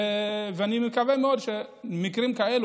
אני מקווה מאוד שמקרים כאלה,